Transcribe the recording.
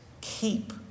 keep